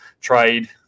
trade